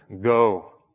go